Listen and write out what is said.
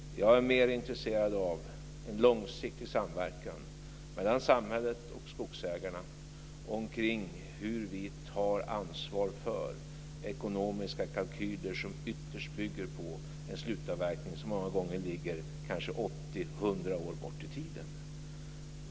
Jag är mer intresserad av en långsiktig samverkan mellan samhället och skogsägarna kring hur vi tar ansvar för ekonomiska kalkyler som ytterst bygger på en slutavverkning som många gånger ligger kanske 80-100 år fram i tiden.